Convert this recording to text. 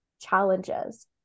challenges